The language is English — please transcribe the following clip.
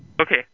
Okay